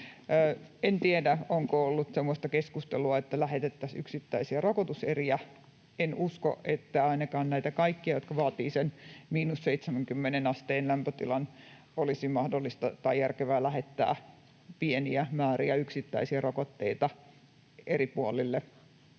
En tiedä, onko ollut semmoista keskustelua, että lähetettäisiin yksittäisiä rokotuseriä. En usko, että ainakaan näitä kaikkia, jotka vaativat sen miinus 70 asteen lämpötilan, olisi mahdollista tai järkevää lähettää, pieniä määriä, yksittäisiä rokotteita eri puolille